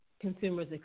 consumers